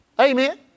Amen